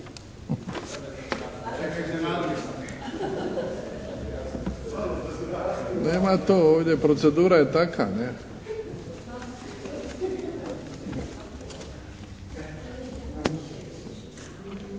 Nema to ovdje, procedura je takva.